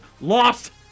lost